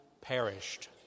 perished